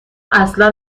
اصلا